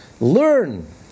Learn